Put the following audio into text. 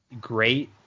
great